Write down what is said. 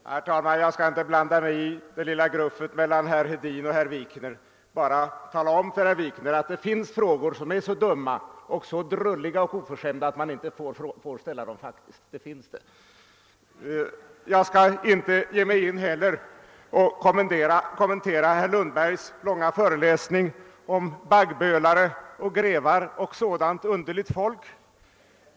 Herr talman! Jag skall inte blanda mig i det lilla gruffet mellan herr Hedin och herr Wikner; jag vill bara tala om för herr Wikner att det finns frågor som är så dumma, så drulliga och oförskämda att man faktiskt inte får ställa dem. Jag skall inte heller kommentera herr Lundbergs långa föreläsning om bagghölare, grevar och annat underligt folk.